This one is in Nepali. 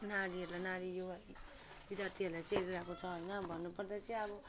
नारीहरूलाई नारी युवा विद्यार्थीहरूलाई चाहिँ हेरिरहेको छ होइन भन्नुपर्दा चाहिँ अब